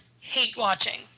hate-watching